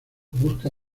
busca